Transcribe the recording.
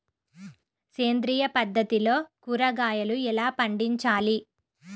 సేంద్రియ పద్ధతిలో కూరగాయలు ఎలా పండించాలి?